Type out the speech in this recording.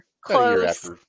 Close